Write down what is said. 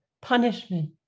Punishment